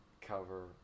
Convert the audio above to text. cover